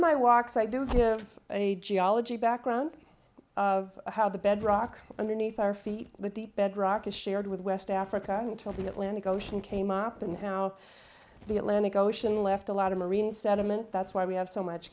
my walks i do give a geology background of how the bedrock underneath our feet the deep bedrock is shared with west africa until the atlantic ocean came up and now the atlantic ocean left a lot of marine sediment that's why we have so much